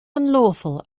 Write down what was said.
unlawful